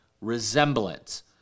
resemblance